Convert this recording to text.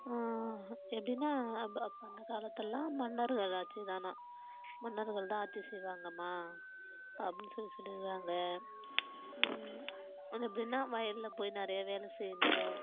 எப்படினா அந்த அந்த காலத்துல எல்லாம் மன்னர்கள் ஆட்சிதான்னா மன்னர்கள் தான் ஆட்சி செய்வாங்கம்மா அப்படினு சொல்லி சொல்லி இருக்குறாங்க அது எப்படினா வயலில் போய் நிறையா வேலை செய்யணும்